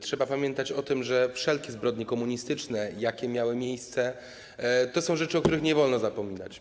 Trzeba pamiętać o tym, że wszelkie zbrodnie komunistyczne, jakie miały miejsce, to są rzeczy, o których nie wolno zapominać.